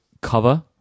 cover